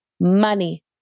money